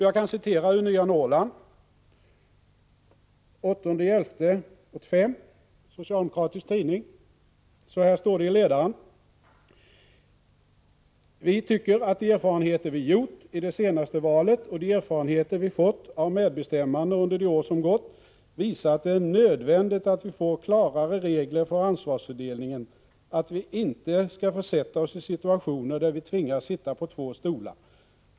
Jag kan citera ur Nya Norrland den 8 november 1985, en socialdemokratisk tidning som skriver så här i ledaren: ”Vi tycker att de erfarenheter vi gjort i det senaste valet, och de erfarenheter vi fått av medbestämmande under de år som gått, visar att det är nödvändigt att vi får klarare regler för ansvarsfördelningen, att vi inte ska försätta oss i situationer där vi tvingas sitta på två stolar.